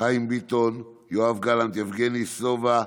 חיים ביטון, יואב גלנט, יבגני סובה,